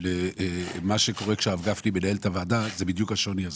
לבין מה שקורה כאשר הרב גפני מנהל את הוועדה הוא בדיוק השוני הזה.